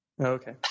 Okay